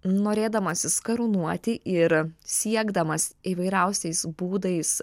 norėdamasis karūnuoti ir siekdamas įvairiausiais būdais